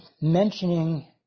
mentioning